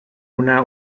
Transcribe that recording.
una